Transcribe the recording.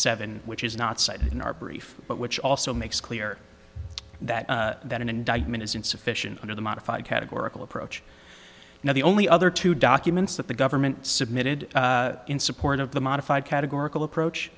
seven which is not cited in our brief but which also makes clear that that an indictment is insufficient under the modified categorical approach now the only other two documents that the government submitted in support of the modified categorical approach